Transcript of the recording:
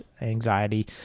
anxiety